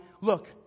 Look